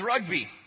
rugby